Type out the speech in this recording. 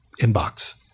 inbox